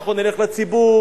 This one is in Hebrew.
אנחנו נלך לציבור,